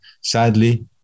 sadly